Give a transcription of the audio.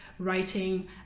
writing